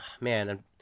man